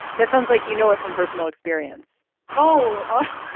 that sounds like you know it from personal experience oh,